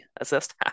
assist